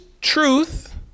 truth